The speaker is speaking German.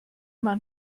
man